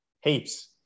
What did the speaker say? Heaps